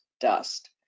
dust